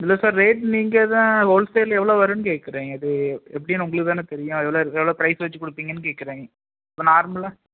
இல்லை sir rate நீங்கள் தான் ஹோல்சேல் எவ்வளோ வரும்னு கேக்கிறேன் அது எப்படின்னு உங்களுக்கு தானே தெரியும் எவ்வளோ எவ்வளோ ப்ரைஸ் வச்சு கொடுப்பீங்கன்னு கேக்கிறேன் இப்போ நார்மலாக